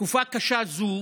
בתקופה קשה זו